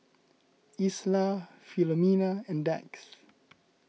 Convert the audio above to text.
Isla Filomena and Dax